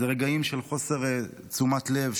זה רגעים של חוסר תשומת לב,